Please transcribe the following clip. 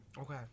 okay